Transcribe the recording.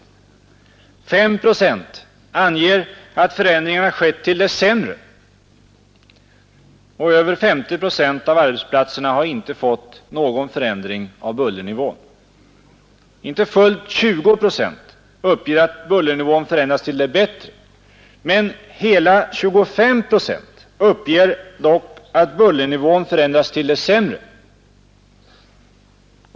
5 procent anger att förändringarna skett till det sämre, Över 50 procent av arbetsplatserna har icke fått någon förändring av bullernivån. Inte fullt 20 procent uppger att bullernivån förändrats till det bättre. Men hela 25 procent uppger dock att bullernivån förändrats till det sämre.